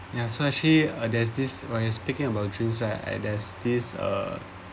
ya so she uh there's this while you speaking about jews right I there's this uh